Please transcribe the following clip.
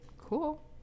cool